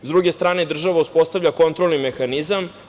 S druge strane, država uspostavlja kontrolni mehanizam.